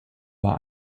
war